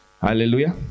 Hallelujah